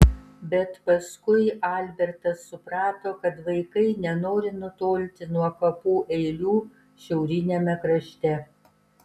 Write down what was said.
bet paskui albertas suprato kad vaikai nenori nutolti nuo kapų eilių šiauriniame krašte